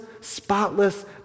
spotless